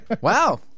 wow